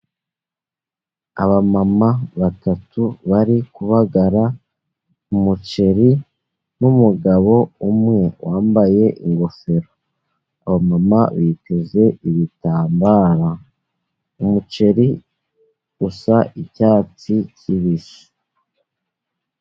Aba mama batatu bari kubagara umuceri n'umugabo umwe wambaye ingofero, aba mama biteze ibitambara. Umuceri usa icyatsi kibisi.